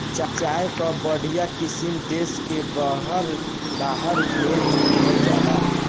चाय कअ बढ़िया किसिम देस से बहरा भेज देहल जाला